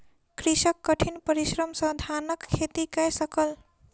कृषक कठिन परिश्रम सॅ धानक खेती कय सकल